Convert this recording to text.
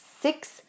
six